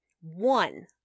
One